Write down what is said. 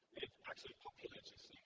actually populates this